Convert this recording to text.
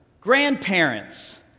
Grandparents